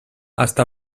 està